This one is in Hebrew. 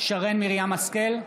שרן מרים השכל,